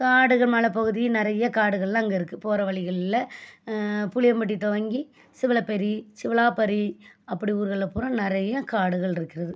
காடுகள் மலைப்பகுதி நிறைய காடுகள்லாம் அங்கே இருக்குது போகிற வலிகளில் புளியம்பட்டி துவங்கி சீவலப்பேரி சீவலாப்பரி அப்படி ஊர்களில் பூராம் நிறைய காடுகள் இருக்கிறது